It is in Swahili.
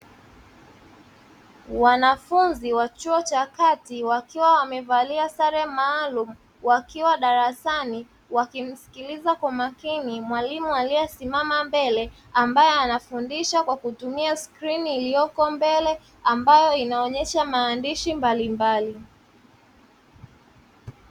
Wanafunzi wa chuo cha kati wakiwa wamevalia sare maalum wakiwa darasani wakimsikiliza kwa makini mwalimu aliye simama mbele, ambaye anafundisha kwa kutumia skrini iliyopo mbele ambayo inaonyesha maandishi mbalimbali.